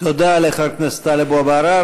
תודה לחבר הכנסת טלב אבו עראר.